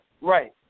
Right